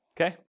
Okay